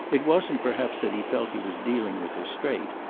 it wasn't perhaps that he felt he was dealing with her straight,